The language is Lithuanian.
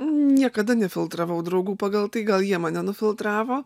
niekada nefiltravau draugų pagal tai gal jie mane nufiltravo